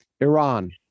Iran